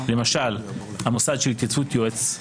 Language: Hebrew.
למשל המוסד של התייצבות יועץ,